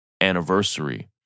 anniversary